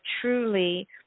truly